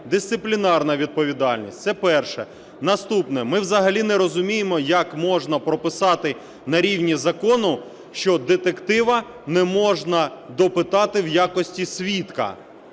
дисциплінарна відповідальність. Це перше. Наступне. Ми взагалі не розуміємо, як можна прописати на рівні закону, що детектива не можна допитати в якості свідка.